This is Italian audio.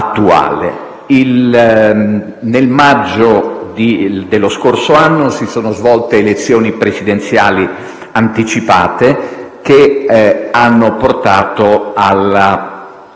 Nel maggio dello scorso anno si sono svolte elezioni presidenziali anticipate, che hanno portato alla riconferma